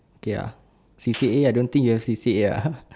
okay ah C_C_A I don't think you have C_C_A ah